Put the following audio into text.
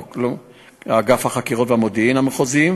אגף החקירות והמודיעין המחוזיים